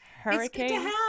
Hurricane